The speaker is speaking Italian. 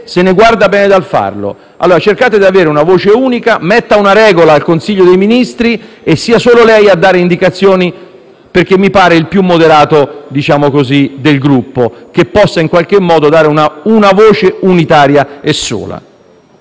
se ne guarda bene dal farlo. Cercate di avere una voce unica: metta una regola al Consiglio dei Ministri e sia solo lei a dare indicazioni, perché mi pare il più moderato del gruppo, che può dare una voce unitaria e sola.